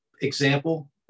example